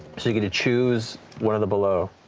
so you get to choose one of the below.